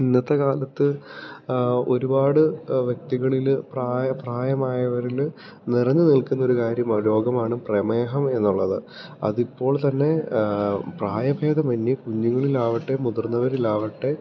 ഇന്നത്തെക്കാലത്ത് ഒരുപാട് വ്യക്തികളില് പ്രായമായവരില് നിറഞ്ഞുനിൽക്കുന്നൊരു കാര്യമാണ് രോഗമാണ് പ്രമേഹമെന്നുള്ളത് അതിപ്പോൾ തന്നെ പ്രായഭേദമന്ന്യേ കുഞ്ഞുങ്ങളിലാകട്ടെ മുതിർന്നവരിലാകട്ടെ